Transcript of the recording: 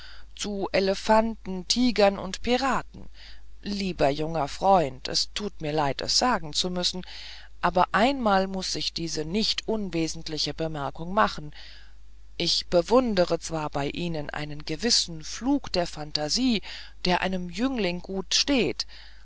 zu elefanten tigern und piraten lieber junger freund es tut mir leid es sagen zu müssen aber einmal muß ich diese nicht unwesentliche bemerkung machen ich bewundere zwar bei ihnen einen gewissen flug der phantasie der einem jüngling gut steht